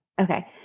okay